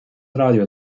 radio